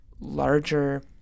larger